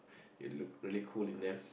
they look really cool in them